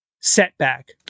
setback